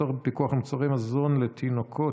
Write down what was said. הצורך בפיקוח מוצרי מזון לתינוקות,